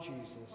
Jesus